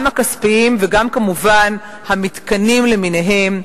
גם הכספיים וגם כמובן המתקנים למיניהם,